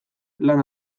lan